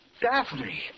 Daphne